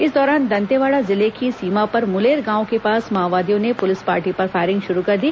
इस दौरान देतेवाड़ा जिले की सीमा पर मुलेर गांव के पास माओवादियों ने पुलिस पार्टी पर फायरिंग शुरू कर दी